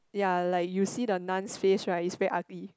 ya like you see the Nun's face right is very ugly